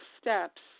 steps